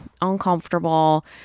uncomfortable